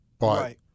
Right